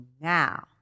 now